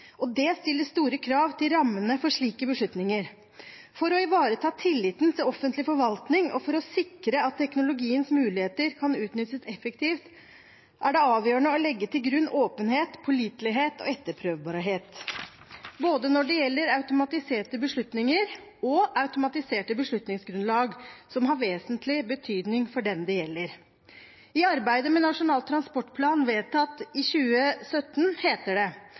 og det stiller store krav til rammene for slike beslutninger. For å ivareta tilliten til offentlig forvaltning og for å sikre at teknologiens muligheter kan utnyttes effektivt, er det avgjørende å legge til grunn åpenhet, pålitelighet og etterprøvbarhet når det gjelder både automatiserte beslutninger og automatiserte beslutningsgrunnlag som har vesentlig betydning for den det gjelder. I arbeidet med Nasjonal transportplan vedtatt i 2017 heter det: